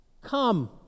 Come